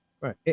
right